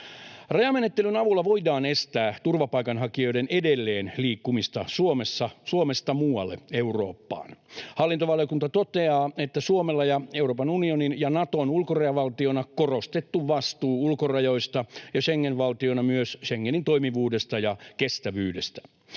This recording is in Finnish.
Rajamenettelyn avulla voidaan estää turvapaikanhakijoiden edelleen liikkumista Suomesta muualle Eurooppaan. Hallintovaliokunta toteaa, että Suomella on Euroopan unionin ja Naton ulkorajavaltiona korostettu vastuu ulkorajoista ja Schengen-valtiona myös Schengenin toimivuudesta ja kestävyydestä.